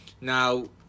now